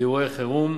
לאירועי חירום,